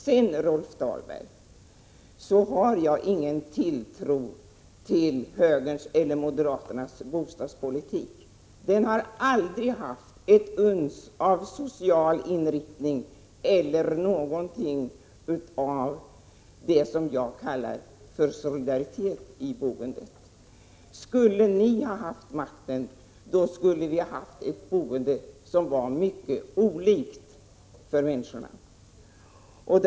Sedan, Rolf Dahlberg, har jag ingen tilltro till moderaternas bostadspolitik. Den har aldrig haft ett uns av social inriktning eller innehållit något av vad jag kallar solidaritet i boendet. Skulle ni ha haft makten skulle människorna ha haft ett mycket ojämlikt boende.